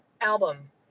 album